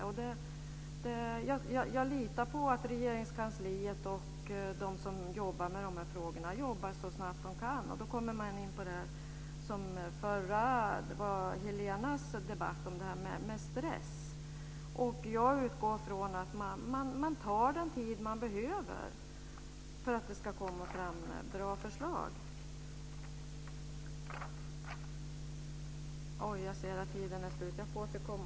Jag litar på att de som arbetar med dessa frågor inom Regeringskansliet jobbar så snabbt som de kan. Jag kommer här in på den debatt om stress som fördes av Helena Zakariasén. Jag utgår från att man tar i anspråk den tid som behövs för att man ska få fram bra förslag. Min talartid är slut, så jag får återkomma.